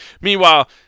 Meanwhile